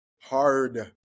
hard